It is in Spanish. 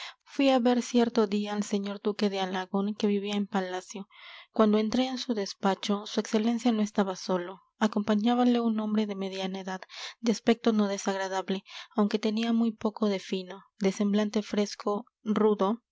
fui a ver cierto día al señor duque de alagón que vivía en palacio cuando entré en su despacho su excelencia no estaba solo acompañábale un hombre de mediana edad de aspecto no desagradable aunque tenía muy poco de fino de semblante fresco rudo